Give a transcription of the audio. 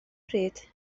pryd